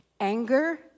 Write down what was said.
Anger